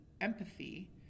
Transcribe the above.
empathy